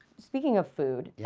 speaking of food,